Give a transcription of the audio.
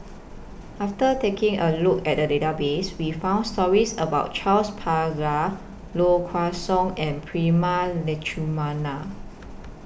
after taking A Look At The Database We found stories about Charles Paglar Low Kway Song and Prema Letchumanan